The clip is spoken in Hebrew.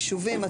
יישובים,